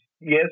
Yes